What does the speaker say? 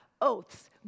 oaths